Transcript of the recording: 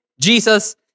Jesus